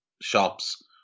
shops